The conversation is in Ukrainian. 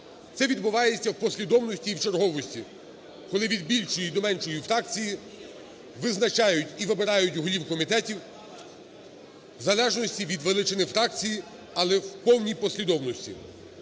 Це відбувається в послідовності і в черговості, коли від більшої до меншої фракції визначають і вибирають голів комітетів в залежності від величини фракції, але в повній послідовності.